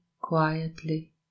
quietly